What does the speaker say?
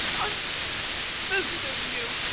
i'm v-v-visiting you.